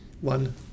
one